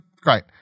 great